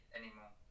anymore